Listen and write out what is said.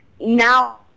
now